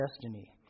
destiny